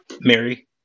Mary